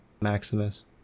Maximus